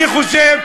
אני חושב,